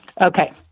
Okay